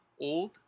old